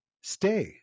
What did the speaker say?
stay